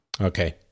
Okay